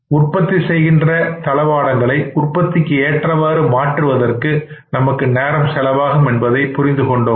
உற்பத்தி செய்கின்ற தளவாடங்களை உற்பத்திக்கு ஏற்றவாறு மாற்றுவதற்கு நமக்கு நேரம் செலவாகும் என்பதை புரிந்து கொண்டோம்